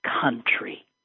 country